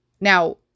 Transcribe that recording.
Now